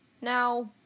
Now